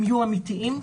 שיהיו אמיתיים.